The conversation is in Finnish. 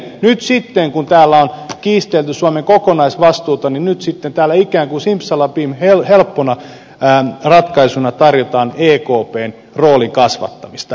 nyt sitten kun täällä on kiistelty suomen kokonaisvastuusta täällä ikään kuin simsalabim helppona ratkaisuna tarjotaan ekpn roolin kasvattamista